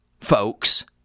folks